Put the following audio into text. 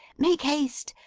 make haste,